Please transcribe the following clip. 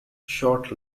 short